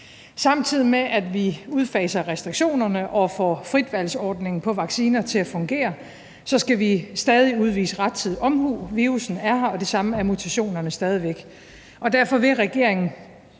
Samtidig med at vi udfaser restriktionerne og får fritvalgsordningen på vacciner til at fungere, skal vi stadig udvise rettidig omhu. Virussen er her stadig væk, og det samme er mutationerne, og derfor vil regeringen